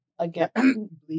Again